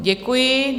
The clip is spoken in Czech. Děkuji.